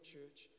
Church